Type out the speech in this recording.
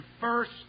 first